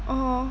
(uh huh)